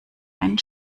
ein